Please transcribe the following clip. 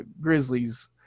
Grizzlies